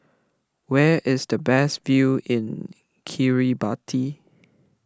where is the best view in Kiribati